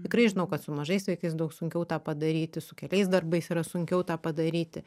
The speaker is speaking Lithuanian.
tikrai žinau kad su mažais vaikais daug sunkiau tą padaryti su keliais darbais yra sunkiau tą padaryti